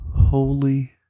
Holy